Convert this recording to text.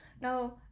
Now